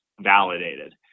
validated